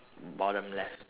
bottom left